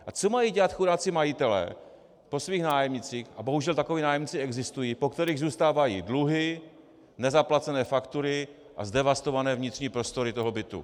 A co mají dělat chudáci majitelé po svých nájemnících, a bohužel takoví nájemníci existují, po kterých zůstávají dluhy, nezaplacené faktury a zdevastované vnitřní prostory bytu?